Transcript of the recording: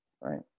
right